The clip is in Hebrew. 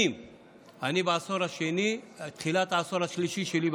אני בעשור השני, תחילת העשור השלישי שלי בכנסת,